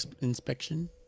inspection